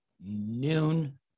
noon